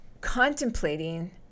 contemplating –